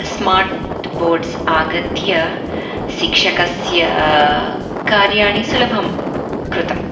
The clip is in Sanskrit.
स्मार्ट् बोड्स् आगत्य शिक्षकस्य कार्याणि सुलभं कृतम्